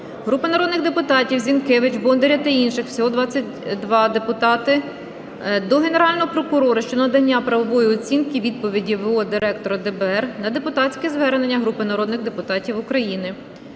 Групи народних депутатів (Зінкевич, Бондаря та інших, всього 22 депутати) до Генерального прокурора щодо надання правової оцінки відповіді в.о. директора ДБР на депутатське звернення групи народних депутатів України.